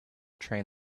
train